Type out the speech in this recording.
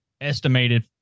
estimated